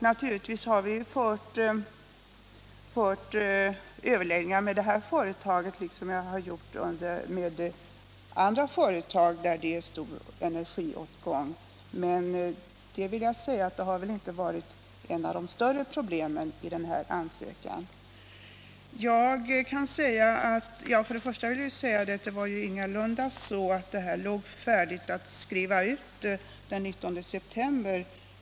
Naturligtvis har vi fört 63 överläggningar med detta företag, liksom vi gjort med andra företag som har stor energiåtgång. Men jag vill säga att detta inte varit ett av de större problemen i detta fall. Jag vill påpeka att det ingalunda den 19 september förelåg ett ärende färdigt att skrivas ut.